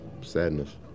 sadness